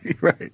Right